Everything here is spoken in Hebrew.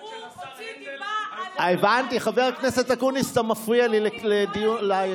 הוא הוציא דיבה, הוא צריך להתנצל.